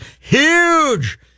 huge